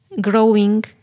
growing